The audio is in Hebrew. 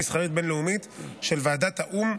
יושב-ראש ועדת החוקה,